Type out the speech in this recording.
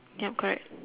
yup correct